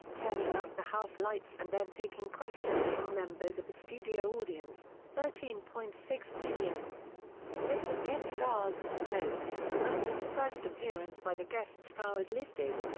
turning up the house lights and then taking questions from members of the studio audience thirteen point six million list of guest stars note only the first appearance by the guest star is listed.